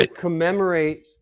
commemorate